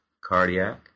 cardiac